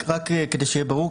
כדי שיהיה ברור.